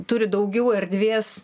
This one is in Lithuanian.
turi daugiau erdvės